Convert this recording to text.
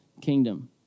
kingdom